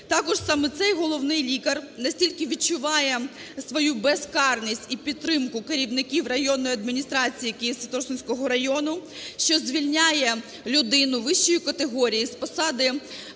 Також саме цей головний лікар настільки відчуває свою безкарність і підтримку керівників районної адміністрації Києво-Святошинського району, що звільняє людину вищої категорії з посади